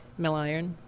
milliron